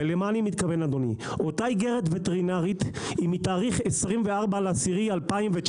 אותה איגרת וטרינרית היא מתאריך 24 לאוקטובר